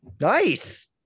Nice